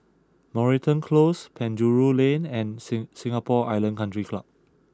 Moreton Close Penjuru Lane and sing Singapore Island Country Club